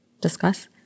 discuss